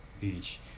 beach